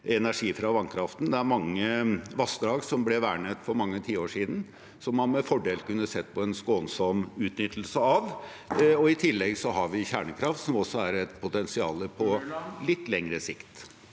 energi fra vannkraften. Det er mange vassdrag som ble vernet for mange tiår siden, som man med fordel kunne sett på en skånsom utnyttelse av. I tillegg har vi kjernekraft, som på litt lengre sikt